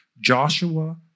Joshua